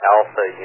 Alpha